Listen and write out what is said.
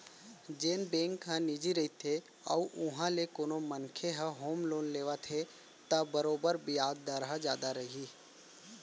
जेन बेंक ह निजी रइथे अउ उहॉं ले कोनो मनसे ह होम लोन लेवत हे त बरोबर बियाज दर ह जादा रही